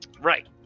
Right